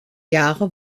jahre